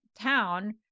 town